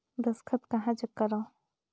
दस्खत कहा जग करो?